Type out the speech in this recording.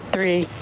Three